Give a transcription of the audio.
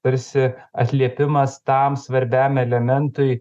tarsi atliepimas tam svarbiam elementui